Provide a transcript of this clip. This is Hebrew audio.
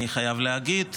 אני חייב להגיד,